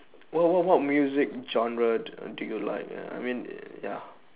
what what what music genre do do you like I mean ya